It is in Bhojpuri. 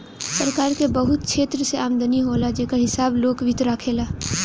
सरकार के बहुत क्षेत्र से आमदनी होला जेकर हिसाब लोक वित्त राखेला